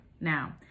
now